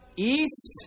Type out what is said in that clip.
east